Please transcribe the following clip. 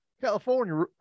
California